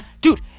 Dude